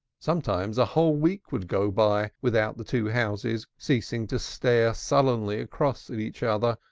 sometimes a whole week would go by without the two houses ceasing to stare sullenly across at each other,